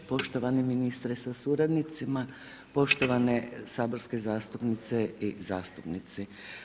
Poštovani ministre sa suradnicima, poštovane saborske zastupnice i zastupnici.